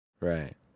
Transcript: right